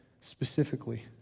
specifically